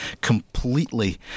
completely